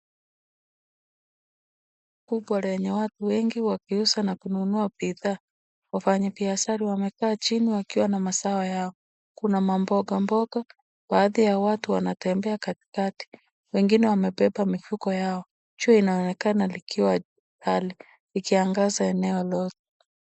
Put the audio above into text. Soko lenye watu wengi wakiuza na kununua bidhaa. Wafanyibiashara wamekaa chini wakiwa na mazao yao. Kuna mamboga mboga. Baadhi ya watu wanatembea katikati. Wengine wamebeba mifuko yao. Jua inaonekana likiwa mbali likiangaza eneo lote.